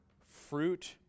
fruit